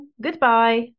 goodbye